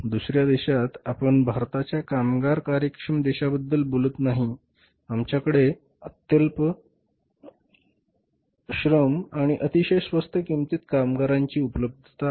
दुसर्या देशात आपण भारताच्या कामगार कार्यक्षम देशाबद्दल बोलत नाही आमच्याकडे अत्यल्प श्रम आणि अतिशय स्वस्त किंमतीत कामगारांची उपलब्धता आहे